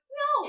no